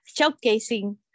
showcasing